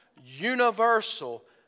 universal